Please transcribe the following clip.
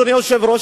אדוני היושב-ראש,